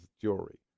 jewelry